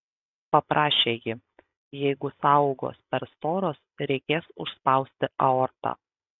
paprašė ji jeigu sąaugos per storos reikės užspausti aortą